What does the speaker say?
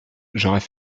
j’aurais